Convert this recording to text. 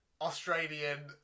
Australian